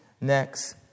next